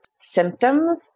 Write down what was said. symptoms